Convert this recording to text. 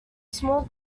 small